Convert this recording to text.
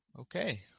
Okay